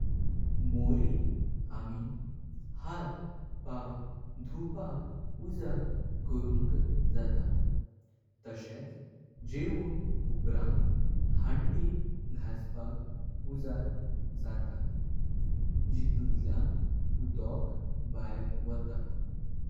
मोऱी आमी हात पाव धुपाक उजळ करूनक जाता। तसेच जेवण उरपांत हांडी घासपाक उजळ जाता। जियतुल्यान उदक भायर वाटा।